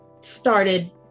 started